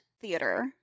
theater –